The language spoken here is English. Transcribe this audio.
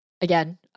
again